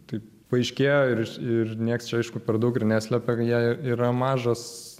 tai paaiškėjo ir ir nieks čia aišku per daug ir neslepia jie yra mažas